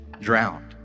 drowned